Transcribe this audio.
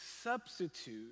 substitute